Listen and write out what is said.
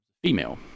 female